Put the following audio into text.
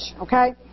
okay